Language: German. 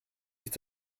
ist